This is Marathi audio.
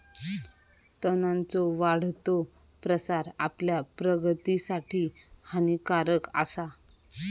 तणांचो वाढतो प्रसार आपल्या प्रगतीसाठी हानिकारक आसा